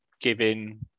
giving